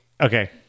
Okay